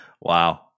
Wow